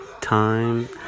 time